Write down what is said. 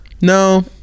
No